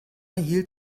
hielt